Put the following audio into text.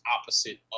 opposite